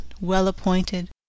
well-appointed